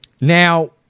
Now